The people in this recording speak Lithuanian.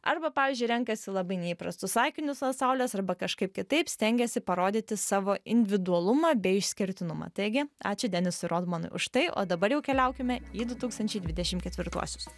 arba pavyzdžiui renkasi labai neįprastus akinius nuo saulės arba kažkaip kitaip stengiasi parodyti savo individualumą bei išskirtinumą taigi ačiū denisui rodmanui už tai o dabar jau keliaukime į du tūkstančiai dvidešim ketvirtuosius